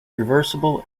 reversible